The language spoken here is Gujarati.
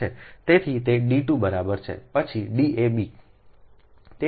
તેથી તે d2 બરાબર છે પછી Dab